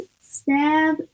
stab